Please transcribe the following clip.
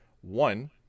One